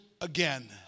again